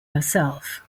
herself